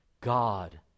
God